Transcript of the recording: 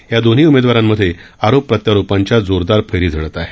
या दोन्ही उमेदवारांमध्ये आरोप प्रत्यारोपांच्या जोरदार फैरी झडत आहेत